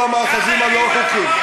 בשיטה הזאת הקימו את כל המאחזים הלא-חוקיים.